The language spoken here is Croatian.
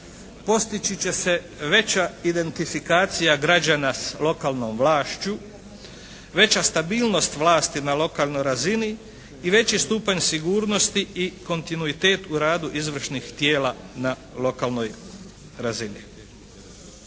postići će se veća identifikacija građana s lokalnom vlašću, veća stabilnost vlasti na lokalnoj razini i veći stupanj sigurnosti i kontinuitet u radu izvršnih tijela na lokalnoj razini.